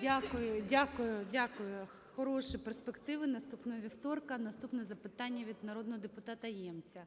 Дякую. Дякую. Дякую. Хороші перспективи - наступного вівторка. Наступне запитання від народного депутата Ємця.